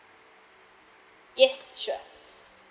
yes sure